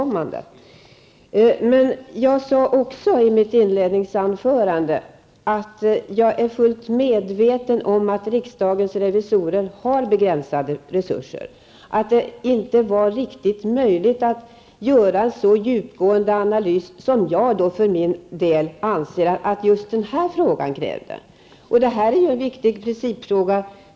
Men jag sade också i mitt inledningsanförande att jag är fullt medveten om att riksdagens revisorer har begränsade resurser och att det inte var möjligt att göra en riktigt så djupgående analys som jag för min del ansåg att just den här frågan krävde.